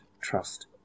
trust